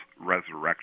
resurrection